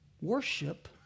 worship